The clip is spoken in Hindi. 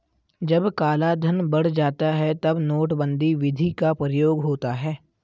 जब कालाधन बढ़ जाता है तब नोटबंदी विधि का प्रयोग होता है